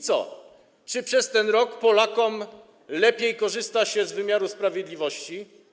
Czy przez ten rok Polakom lepiej korzysta się z wymiaru sprawiedliwości?